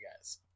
guys